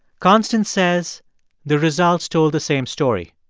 constance says the results told the same story.